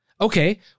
okay